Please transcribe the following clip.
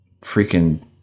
freaking